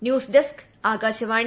news desk Akashvani